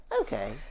Okay